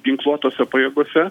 ginkluotose pajėgose